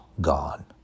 gone